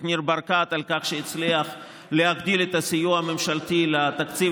ניר ברקת על כך שהצליח להגדיל את הסיוע הממשלתי לתקציב